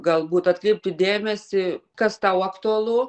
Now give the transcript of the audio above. galbūt atkreipti dėmesį kas tau aktualu